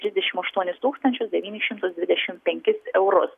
trisdešim aštuonis tūkstančius devynis šimtus dvidešim penkis eurus